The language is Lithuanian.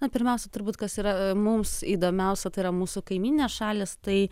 na pirmiausia turbūt kas yra mums įdomiausia tai yra mūsų kaimyninės šalys tai